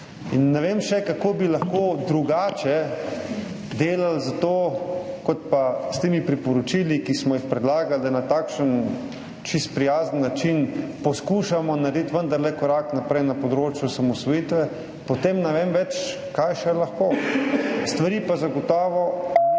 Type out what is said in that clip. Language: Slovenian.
In ne vem še, kako bi lahko drugače delali za to, kot pa s temi priporočili, ki smo jih predlagali, da na takšen čisto prijazen način poskušamo narediti vendarle korak naprej na področju osamosvojitve. Potem ne vem več, kaj še lahko. Stvari pa zagotovo